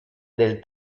del